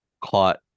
caught